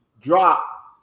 drop